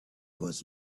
was